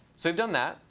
so we've done that.